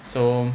so